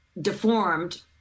deformed